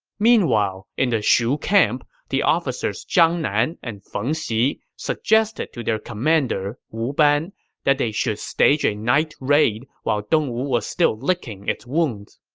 meanwhile, in the shu camp, the officers zhang nan and feng xi suggested to their commander wu ban that they should stage a night raid while dongwu was still licking its wounds.